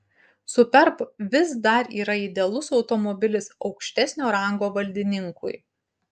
superb vis dar yra idealus automobilis aukštesnio rango valdininkui